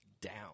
down